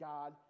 God